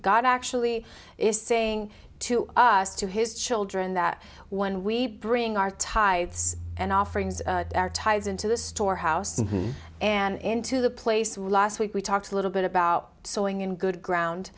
god actually is saying to us to his children that when we bring our tides and offerings tides into the storehouse and into the place last week we talked a little bit about sowing in good ground